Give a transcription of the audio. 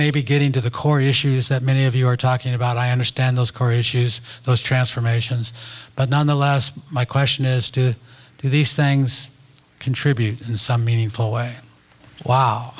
maybe getting to the core issues that many of you are talking about i understand those core issues those transformations but nonetheless my question is do these things contribute in some meaningful way wow